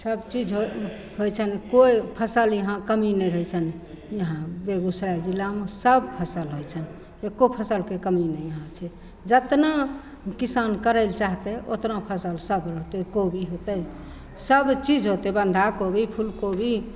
सबचीज होइ होइ छनि कोइ फसिल यहाँ कमी नहि रहै छनि यहाँ बेगूसराय जिलामे सब फसिल होइ छनि एको फसिलके कमी नहि यहाँ छै जतना किसान करैले चाहतै ओतना फसिल सब होतै कोबी होतै सबचीज होतै बन्धाकोबी फुलकोबी